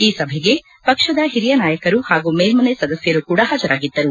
ಈ ಸಭೆಗೆ ಪಕ್ಷದ ಹಿರಿಯ ನಾಯಕರು ಹಾಗೂ ಮೇಲ್ನನೆ ಸದಸ್ಯರು ಕೂಡ ಹಾಜರಾಗಿದ್ದರು